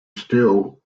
still